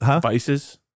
Vices